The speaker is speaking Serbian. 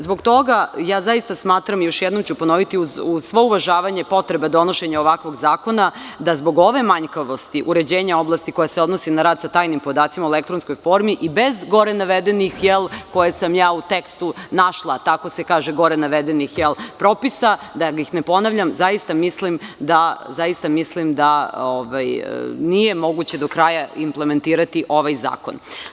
Zbog toga, zaista smatram i još jednom ću ponoviti, uz svo uvažavanje potreba donošenja ovakvog zakona, da zbog ove manjkavosti uređenja oblasti koja se odnosi na rad sa tajnim podacima u elektronskoj formi i bez gore navedenih, koje sam u tekstu našla, tako se kaže – gore navedenih propisa, da ih ne ponavljam, zaista mislim da nije moguće do kraja implementirati ovaj zakon.